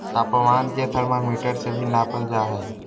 तापमान के थर्मामीटर से भी नापल जा हइ